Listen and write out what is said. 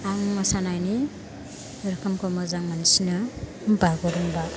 आं मोसानायनि रोखोमखौ मोजां मोनसिनो बागुरुम्बा